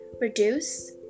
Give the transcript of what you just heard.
Reduce